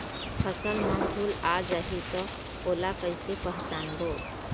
फसल म फूल आ जाही त ओला कइसे पहचानबो?